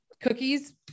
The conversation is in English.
cookies